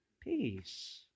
peace